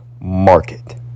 market